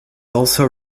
also